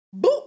Boop